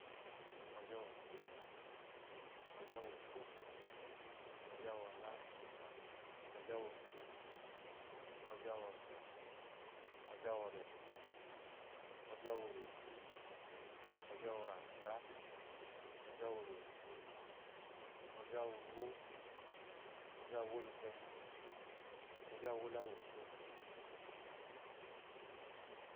Ova uwu oze ovya uwu opo, ova uwu ola ovya uwu odo. ova uwu ola ovya uwu orenyi, ova uwu orowo ovya uwu oranda, ova uwu orodo ovya uwu uwo. ova uwu oworenyi ovya uwu usɔ